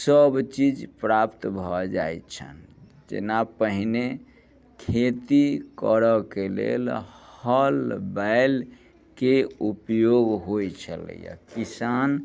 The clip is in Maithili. सभचीज प्राप्त भऽ जाइत छनि जेना पहिने खेती करऽ के लेल हल बैलके उपयोग होइत छलैया किसान